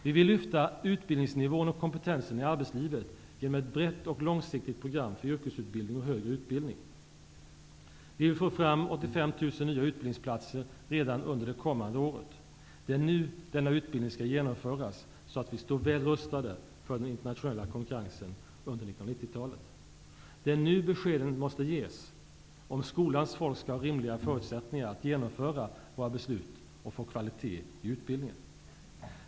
Vi vill lyfta utbildningsnivån och kompetensen i arbetslivet genom ett brett och långsiktigt program för yrkesutbildning och högre utbildning. Vi vill få fram 85 000 nya utbildningsplatser redan under det kommande läsåret. Det är nu denna utbildning skall genomföras, så att vi står väl rustade inför den internationella konkurrensen under 1990-talet. Det är nu beskeden måste ges om skolans folk skall ha rimliga förutsättningar att genomföra våra beslut och få kvalitet i utbildningen.